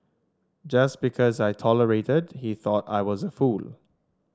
just because I tolerated he thought I was a fool